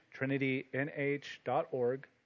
trinitynh.org